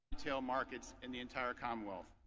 tail markets in the entire commonwealth.